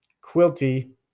quilty